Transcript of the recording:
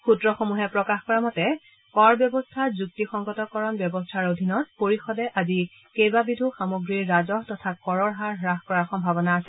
সূত্ৰসমূহে প্ৰকাশ কৰা মতে কৰ ব্যৱস্থা যুক্তিসংগত কৰণ ব্যৱস্থাৰ অধীনত পৰিষদে আজি কেইবাবিধো সামগ্ৰীৰ ৰাজহ তথা কৰৰ হাৰ হাস কৰাৰ সম্ভাৱনা আছে